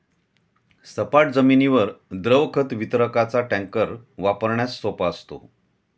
सपाट जमिनीवर द्रव खत वितरकाचा टँकर वापरण्यास सोपा असतो